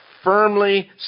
Firmly